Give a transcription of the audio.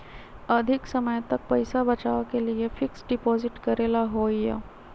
अधिक समय तक पईसा बचाव के लिए फिक्स डिपॉजिट करेला होयई?